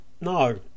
No